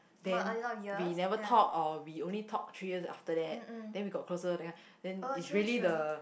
then we never talk or we only talk three years after that then we got close that kind then it's really the